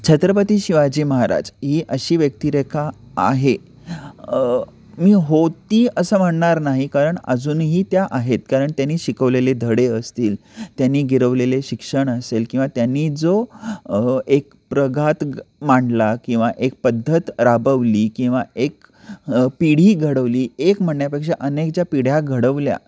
छत्रपती शिवाजी महाराज ही अशी व्यक्तिरेखा आहे मी होती असं म्हणणार नाही कारण अजूनही त्या आहेत कारण त्यांनी शिकवलेले धडे असतील त्यांनी गिरवलेले शिक्षण असेल किंवा त्यांनी जो एक प्रघात मांडला किंवा एक पद्धत राबवली किंवा एक पिढी घडवली एक म्हणण्यापेक्षा अनेक ज्या पिढ्या घडवल्या